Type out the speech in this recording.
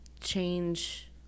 change